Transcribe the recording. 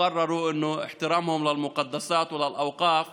והחליטו שהכבוד שהם רוחשים למקומות הקדושים ולהקדשים